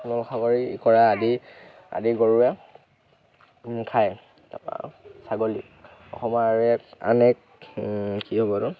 নল খাগৰি ইকৰা আদি আদি গৰুৱে খায় তাৰপৰা ছাগলী অসমৰ আৰু এক আন এক কি হ'ব এইটো